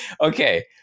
Okay